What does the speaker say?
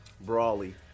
Brawly